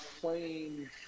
playing